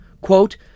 quote